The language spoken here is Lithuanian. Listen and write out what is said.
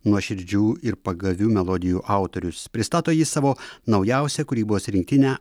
nuoširdžių ir pagavių melodijų autorius pristato jis savo naujausią kūrybos rinktinę